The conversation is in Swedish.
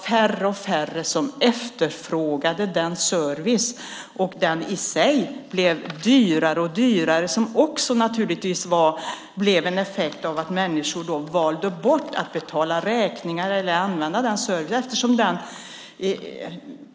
Färre och färre efterfrågade den servicen och den blev i sig dyrare och dyrare, vilket naturligtvis resulterade i att människor valde bort att betala räkningar via den eller att använda den på annat sätt.